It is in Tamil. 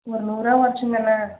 ஒரு நூறுவாய் குறச்சிங்கண்ண